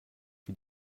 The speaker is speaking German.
wie